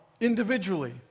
individually